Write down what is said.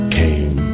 came